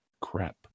crap